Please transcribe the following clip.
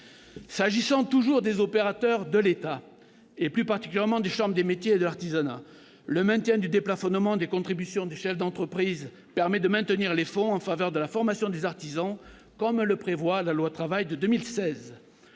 S'agissant toujours des opérateurs de l'État, et plus particulièrement des chambres de métiers et de l'artisanat, le maintien du déplafonnement des contributions des chefs d'entreprise permet de maintenir les fonds en faveur de la formation des artisans, comme le prévoit la loi Travail de 2016.